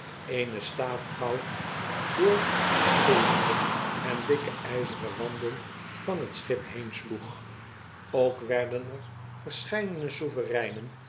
eene staaf goud door de stevige en dikke ijzeren wanden van t schip heensloeg ook werden er